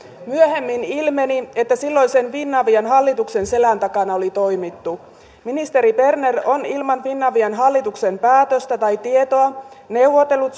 myöhemmin ilmeni että finavian silloisen hallituksen selän takana oli toimittu ministeri berner on ilman finavian hallituksen päätöstä tai tietoa neuvotellut